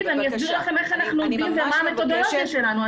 אני אסביר לכם איך אנחנו עובדים ומה המתודולוגיה שלנו.